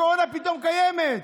הקורונה פתאום קיימת.